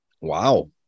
Wow